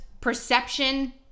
perception